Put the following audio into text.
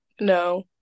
No